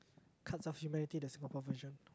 cards of humanity the Singapore version